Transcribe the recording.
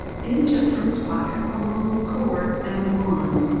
and he took from his pocket a long cord and a wand.